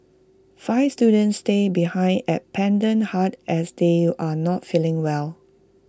five students stay behind at Pendant hut as they are not feeling well